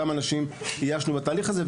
כמה איישנו בתהליך הזה.